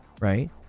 right